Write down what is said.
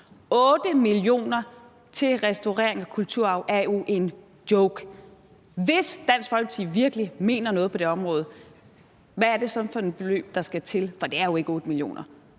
8 mio. kr. til restaurering af kulturarv er jo en joke. Hvis Dansk Folkeparti virkelig mener noget på det område, hvad er det så for et beløb, der skal til? For det er jo ikke 8 mio.